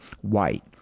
white